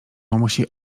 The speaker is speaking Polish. mamusi